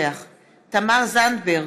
תמר זנדברג,